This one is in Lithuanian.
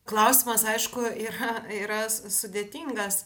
klausimas aišku yra yra sudėtingas